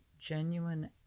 genuine